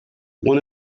one